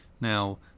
Now